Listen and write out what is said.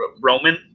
Roman